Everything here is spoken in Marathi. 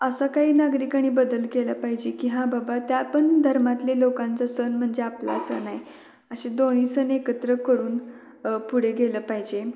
असं काही नागरिकांनी बदल केला पाहिजे की हां बाबा त्या पण धर्मातले लोकांचा सण म्हणजे आपला सण आहे असे दोन्ही सण एकत्र करून पुढे गेलं पाहिजे